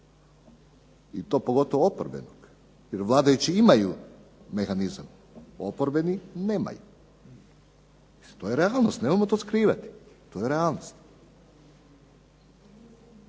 i to pogotovo oporbenog jer vladajući imaju mehanizam, oporbeni nemaju. To je realnost, nemojmo to skrivati. To je realnost.